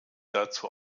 dazu